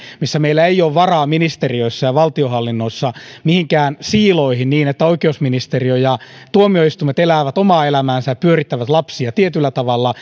missä meillä ei ole varaa ministeriöissä ja valtionhallinnossa mihinkään siiloihin niin että oikeusministeriö ja tuomioistuimet elävät omaa elämäänsä ja pyörittävät lapsia tietyllä tavalla